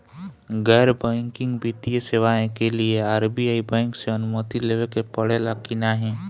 गैर बैंकिंग वित्तीय सेवाएं के लिए आर.बी.आई बैंक से अनुमती लेवे के पड़े ला की नाहीं?